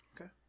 Okay